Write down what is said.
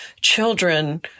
children